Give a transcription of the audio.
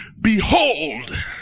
behold